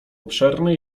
obszerny